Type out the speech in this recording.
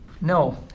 No